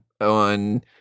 on